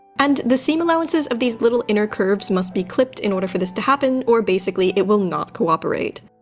and the seam allowances of these little inner curves must be clipped in order for this to happen or basically it will not cooperate.